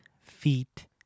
feet